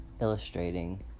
illustrating